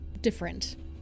different